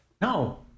No